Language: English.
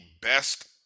best